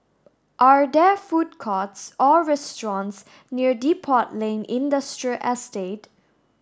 are there food courts or restaurants near Depot Lane Industrial Estate